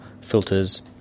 filters